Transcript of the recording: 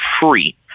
free